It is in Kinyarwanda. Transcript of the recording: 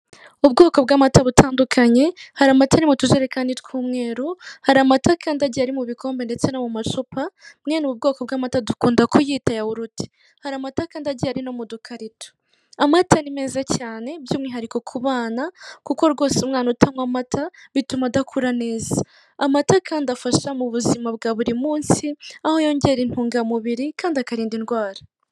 Ubwoko bw'amata butandukanye, hari amata mu tujerekani tw'umweru, hari amata kandi agiye ari mu bikombe ndetse no mu macupa, mwene ubu bwoko bw'amata dukunda kuyita yawurute. Hari amata kandi agiye ari no mu dukarito. Amata ni meza cyane by'umwihariko ku bana, kuko rwose umwana utanywa amata, bituma adakura neza. Amata kandi afasha mu buzima bwa buri munsi, aho yongera intungamubiri kandi akarinda indwara.